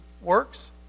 works